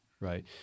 Right